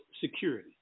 security